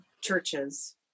churches